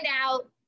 out